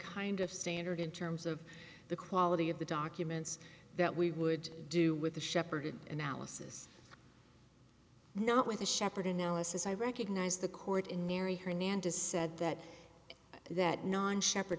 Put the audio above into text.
kind of standard in terms of the quality of the documents that we would do with the shepherded analysis not with a shepherd analysis i recognize the court and marry her nan does said that that nine shepherd